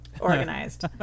organized